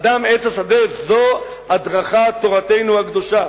אדם עץ השדה, זו הדרכת תורתנו הקדושה.